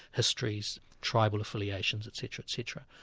histories, tribal affiliations etc. etc.